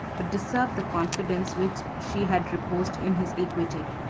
but deserved the confidence which she had reposed in his equity.